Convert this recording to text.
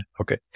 okay